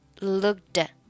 looked